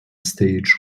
stage